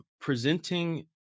presenting